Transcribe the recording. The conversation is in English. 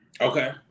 Okay